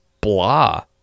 blah